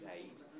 eight